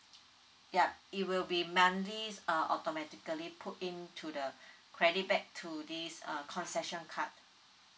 ya it will be monthly uh automatically put in to the credit back to this uh concession card